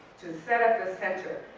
to set up the center,